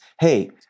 Hey